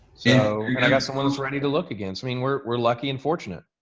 so, and i got someone's ready to look again so mean, we're we're lucky and fortunate.